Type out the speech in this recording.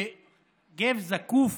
בגו זקוף